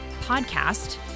podcast